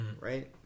Right